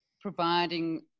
providing